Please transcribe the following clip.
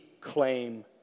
claim